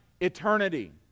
eternity